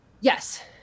Yes